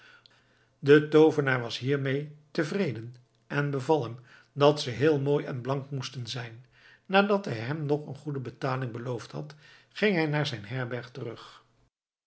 de toovenaar was hiermee tevreden en beval hem dat ze heel mooi en blank moesten zijn nadat hij hem nog een goede betaling beloofd had ging hij naar zijn herberg terug